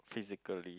physically